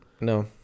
No